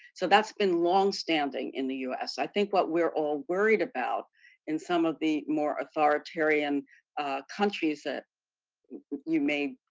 so that's been longstanding in the us i think what we're all worried about in some of the more authoritarian countries that you may,